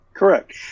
Correct